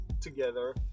together